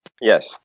Yes